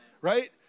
Right